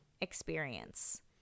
experience